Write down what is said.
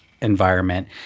environment